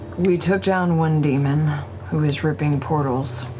we took down one demon who is ripping portals